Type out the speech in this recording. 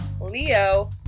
Leo